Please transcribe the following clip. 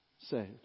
saved